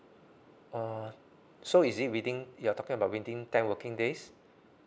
uh so is it within you're talking about within ten working days